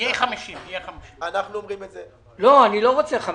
יהיה 50. אני לא רוצה 50,